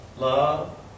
love